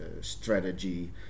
strategy